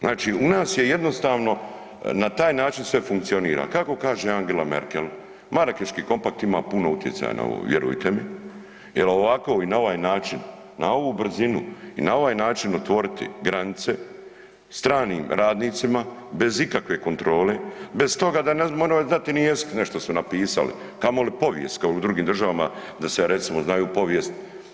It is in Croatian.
Znači u nas je jednostavno na taj način sve funkcionira kako kaže Angela Merkel, Marakeški kompakt ima puno utjecaja na ovo vjerujte mi jel ovako i na ovaj način, na ovu brzinu i na ovaj način otvoriti granice stranim radnicima bez ikakve kontrole, bez toga da ne moraju znati ni jezik, nešto su napisali, kamoli povijest kao u drugim državama da se recimo znaju povijest.